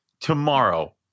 tomorrow